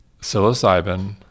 psilocybin